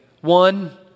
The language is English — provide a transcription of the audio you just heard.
One